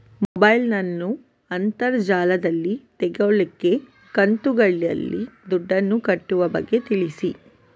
mobile ನ್ನು ಅಂತರ್ ಜಾಲದಲ್ಲಿ ತೆಗೋಲಿಕ್ಕೆ ಕಂತುಗಳಲ್ಲಿ ದುಡ್ಡನ್ನು ಕಟ್ಟುವ ಬಗ್ಗೆ ಹೇಳಿ